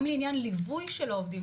גם לעניין ליווי של העובדים,